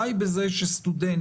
די בזה שסטודנט